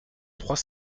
trois